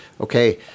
okay